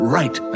right